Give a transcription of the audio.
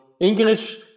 English